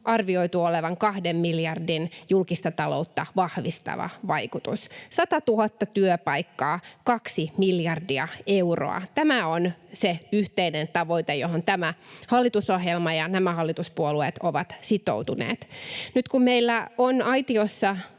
arvioitu olevan kahden miljardin julkista taloutta vahvistava vaikutus. 100 000 työpaikkaa, kaksi miljardia euroa — tämä on se yhteinen tavoite, johon tämä hallitusohjelma ja nämä hallituspuolueet ovat sitoutuneet. Nyt kun meillä on aitiossa